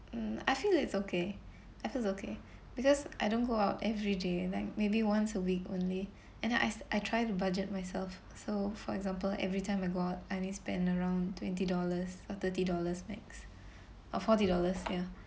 um I feel it's okay I feel it's okay because I don't go out everyday like maybe once a week only and then as~ I try to budget myself so for example every time I go out I only spend around twenty dollars or thirty dollars max or forty dollars ya